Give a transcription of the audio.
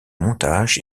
montage